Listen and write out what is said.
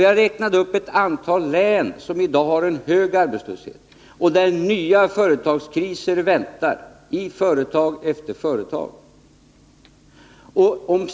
Jag räknade upp ett antal län som redan har en hög arbetslöshet och där nya kriser väntar i företag efter företag.